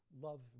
love